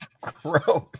Gross